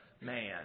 man